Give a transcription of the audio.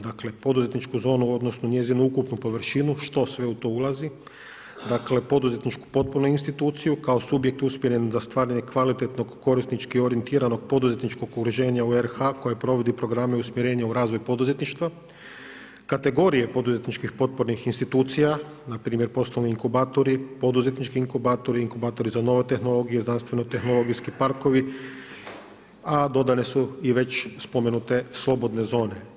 Dakle, poduzetnički zonu, odnosno, njenu ukupnu površinu, što sve u to ulazi, dakle, poduzetničku potpunu instituciju, kao subjekt usmjeren za stvaranje kvalitetnog korisničko orijentirano poduzetničkog udruženja u RH, koje provodi programe usmjerena u razvoj poduzetnička, kategorija poduzetničkih potpornih institucija, npr. poslovni inkubatori, poduzetnički inkubatori, inkubatori za nove tehnologije, znanstveni tehnologijski parkovi, a dodane su i već spomenute slobodne zone.